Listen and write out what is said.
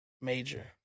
major